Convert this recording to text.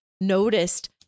noticed